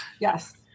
Yes